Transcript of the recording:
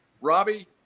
Robbie